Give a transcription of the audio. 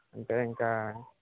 అంటే ఇంక